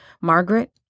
Margaret